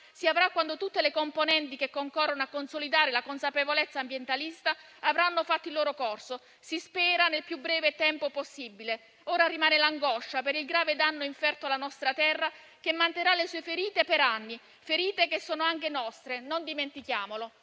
si avrà quando tutte le componenti che concorrono a consolidare la consapevolezza ambientalista avranno fatto il loro corso, si spera nel più breve tempo possibile. Ora rimane l'angoscia per il grave danno inferto alla nostra terra, che manterrà le sue ferite per anni, ferite che sono anche nostre, non dimentichiamolo.